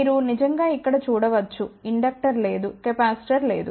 మీరు నిజంగా ఇక్కడ చూడ వచ్చు ఇండక్టర్ లేదు కెపాసిటర్ లేదు